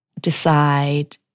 decide